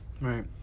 Right